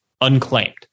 unclaimed